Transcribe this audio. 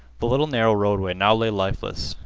the little narrow roadway now lay lifeless.